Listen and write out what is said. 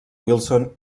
wilson